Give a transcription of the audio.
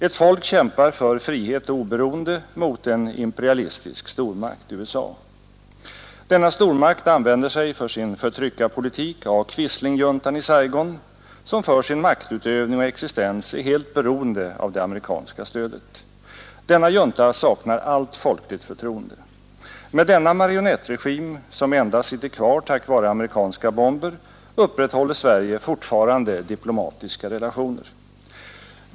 Ett folk kämpar för frihet och oberoende mot en imperialistisk stormakt, USA. Denna stormakt använder sig för sin förtryckarpolitik av quislingjuntan i Saigon, som för sin maktutövning och existens är helt beroende av det amerikanska stödet. Denna junta saknar allt folkligt förtroende. Med denna marionettregim, som endast sitter kvar tack vare amerikanska bomber, upprätthåller Sverige fortfarande diplomatiska relationer.